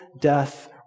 death